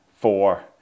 four